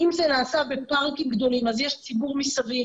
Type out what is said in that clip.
אם זה נעשה בפארקים גדולים אז יש ציבור מסביב